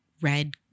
red